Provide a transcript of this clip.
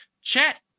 chat